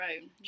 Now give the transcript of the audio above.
own